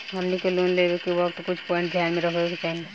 हमनी के लोन लेवे के वक्त कुछ प्वाइंट ध्यान में रखे के चाही